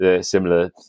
similar